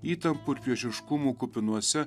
įtampų ir priešiškumų kupinuose